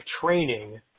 training